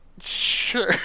sure